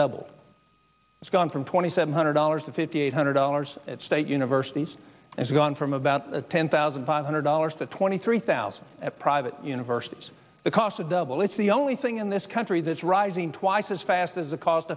doubled it's gone from twenty seven hundred dollars to fifty eight hundred dollars at state universities it's gone from about ten thousand five hundred dollars to twenty three thousand at private universities the cost of double it's the only thing in this country that's rising twice as fast as the cost